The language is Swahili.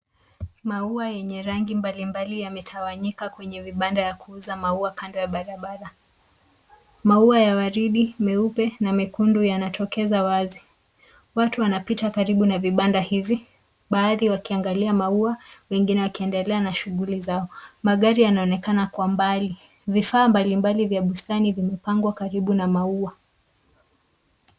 Maua yenye rangi mbalimbali yametawanyika kwenye vibanda vya kuuza maua kando ya barabara. Maua ya waridi meupe na mekundu yanatokeza wazi. Watu wanapita karibu na vibanda hivi, baadhi wakiangalia maua, wengine wakiendelea na shughuli zao. Magari yanaonekana kwa mbali. Vifaa mbalimbali vya bustani vimepangwa karibu na maua.